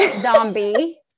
Zombie